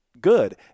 good